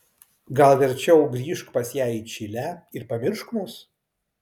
gal verčiau grįžk pas ją į čilę ir pamiršk mus